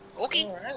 Okay